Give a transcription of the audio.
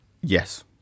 Yes